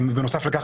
בנוסף לכך,